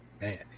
man